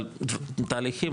אבל תהליכים,